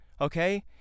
okay